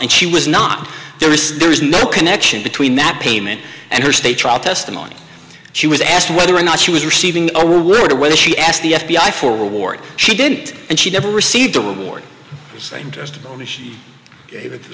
and she was not there is there is no connection between that payment and her stay trial testimony she was asked whether or not she was receiving a word or whether she asked the f b i for reward she didn't and she never received a reward saying testimony she gave it to the